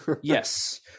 Yes